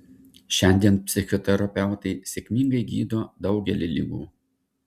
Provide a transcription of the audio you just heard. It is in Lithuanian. šiandien psichoterapeutai sėkmingai gydo daugelį ligų